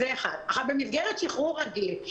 במסגרת שחרור רגיל,